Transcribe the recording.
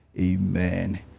Amen